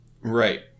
Right